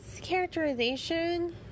characterization